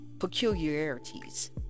peculiarities